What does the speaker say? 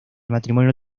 matrimonio